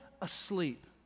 asleep